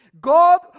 God